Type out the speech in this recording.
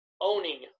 owning